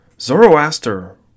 Zoroaster